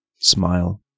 Smile